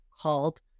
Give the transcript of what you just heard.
called